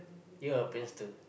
you are a prankster